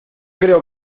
creo